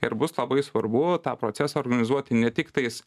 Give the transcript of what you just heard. ir bus labai svarbu tą procesą organizuoti ne tiktais